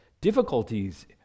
difficulties